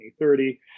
2030